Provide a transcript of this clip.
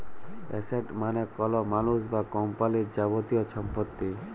asset মালে কল মালুস বা কম্পালির যাবতীয় ছম্পত্তি